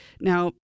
Now